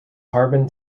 harbin